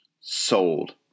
Sold